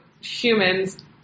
humans